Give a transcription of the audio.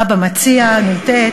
בבא מציעא נ"ט,